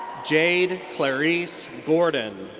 jade clarece gordon.